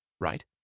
right